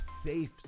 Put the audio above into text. safe